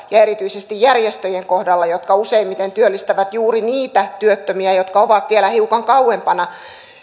ja erityisesti järjestöjen kohdalla jotka useimmiten työllistävät juuri niitä työttömiä jotka ovat vielä hiukan kauempana